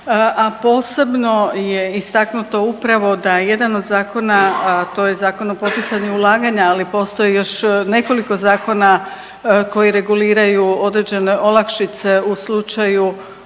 a posebno je istaknuto upravo da je jedan od zakona, a to je Zakon o poticanju ulaganja, ali postoji još nekoliko zakona koji reguliraju određene olakšice u slučaju i